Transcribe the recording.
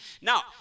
Now